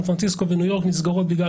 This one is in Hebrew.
סן פרנציסקו וניו יורק נסגרות בגלל